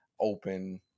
open